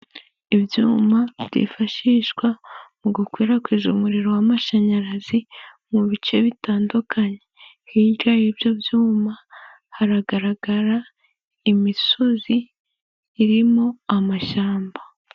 Ibyuma byifashishwa mu gukwirakwiza umuriro w'amashanyarazi mu bice bitandukanye, hirya y'ibyo byuma haragaragara imisozi irimo amashyamba.